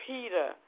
Peter